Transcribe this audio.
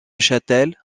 châtel